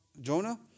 Jonah